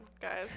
guys